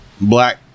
black